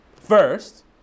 First